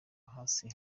hasi